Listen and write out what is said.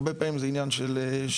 הרבה פעמים זה גם עניין של ידע,